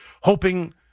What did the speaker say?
hoping